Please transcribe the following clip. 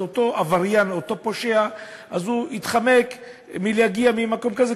אז אותו עבריין או פושע יתחמק מלהגיע למקום כזה,